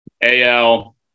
AL